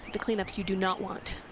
the cleanups you do not want.